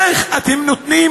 איך אתם נותנים,